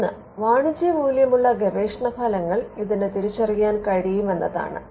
ഒന്ന് വാണിജ്യ മൂല്യമുള്ള ഗവേഷണ ഫലങ്ങൾ ഇതിന് തിരിച്ചറിയാൻ കഴിയും എന്നതാണ്